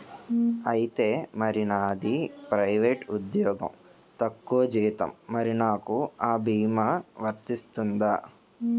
ఐతే మరి నాది ప్రైవేట్ ఉద్యోగం తక్కువ జీతం మరి నాకు అ భీమా వర్తిస్తుందా?